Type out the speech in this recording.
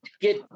get